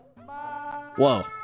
Whoa